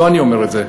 לא אני אומר את זה.